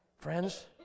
Friends